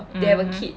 (uh huh)